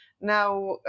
Now